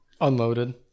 unloaded